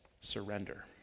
surrender